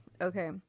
okay